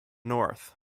north